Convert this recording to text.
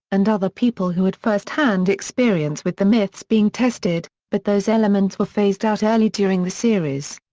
and other people who had first-hand experience with the myths being tested, but those elements were phased out early during the series.